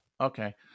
Okay